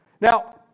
Now